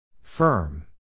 Firm